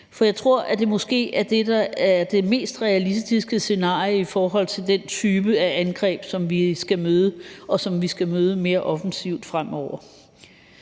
for jeg tror, at det måske er det, der er det mest realistiske scenarie i forhold til den type af angreb, som vi skal møde, og som vi